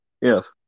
Yes